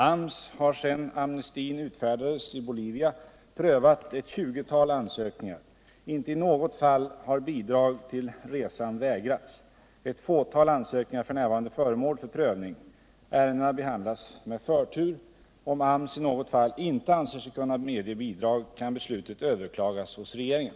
AMS har sedan amnestin utfärdades i Bolivia prövat ett 20-tal ansökningar. Inte i något fall har bidrag till resan vägrats. Ett fåtal ansökningar är f. n. föremål för prövning. Ärendena behandlas med förtur. Om AMS i något fall inte anser sig kunna medge bidrag, kan beslutet överklagas hos regeringen.